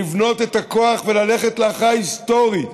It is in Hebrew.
לבנות את הכוח וללכת להכרעה היסטורית.